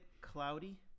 cloudy